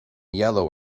yellow